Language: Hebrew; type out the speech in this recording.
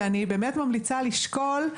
אני ממליצה לשקול,